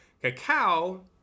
Cacao